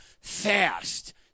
fast